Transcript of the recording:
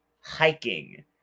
hiking